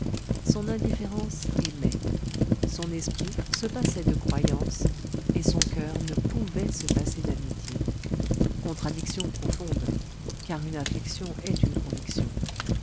son indifférence aimait son esprit se passait de croyance et son coeur ne pouvait se passer d'amitié contradiction profonde car une affection est une conviction